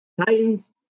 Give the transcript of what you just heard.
Titans